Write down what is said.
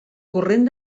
corrent